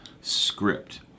script